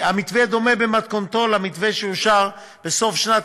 המתווה דומה במתכונתו למתווה שאושר בסוף שנת